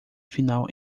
final